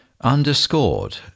underscored